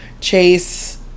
Chase